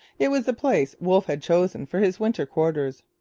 it was the place wolfe had chosen for his winter quarters,